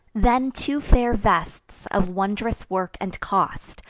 then two fair vests, of wondrous work and cost,